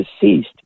deceased